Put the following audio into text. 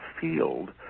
field